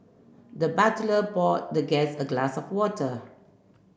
the butler poured the guest a glass of water